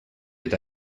est